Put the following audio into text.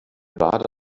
barde